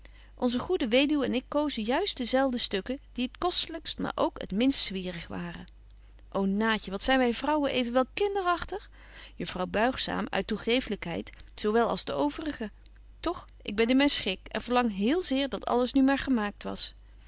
onze goede weduw en ik kozen juist dezelfde stukken die het kostelykst maar ook het minst zwierig waren ô naatje wat zyn wy vrouwen evenwel kinderagtig juffrouw buigzaam uit toegeeflykheid zo wel als de overige toch ik ben in myn schik en verlang heel zeer dat alles nu maar gemaakt was